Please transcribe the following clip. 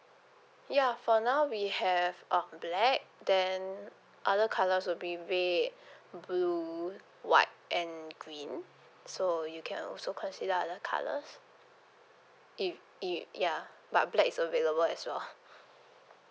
ya for now we have um black then other colours would be red blue white and green so you can also consider other colours if if ya but black is available as well ah